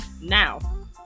Now